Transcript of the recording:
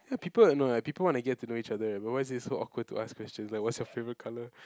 ya people no eh people want to get to know each other eh but why is it so awkward to ask questions like what's your favorite colour